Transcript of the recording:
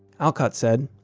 alcott said,